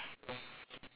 all the shop